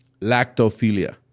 lactophilia